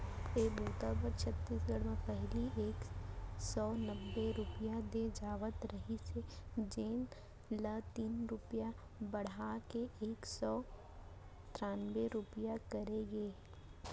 ए बूता बर छत्तीसगढ़ म पहिली एक सव नब्बे रूपिया दे जावत रहिस हे जेन ल तीन रूपिया बड़हा के एक सव त्रान्बे रूपिया करे गे हे